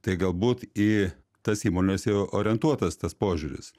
tai galbūt į tas įmones jau orientuotas tas požiūris